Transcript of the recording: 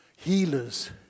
healers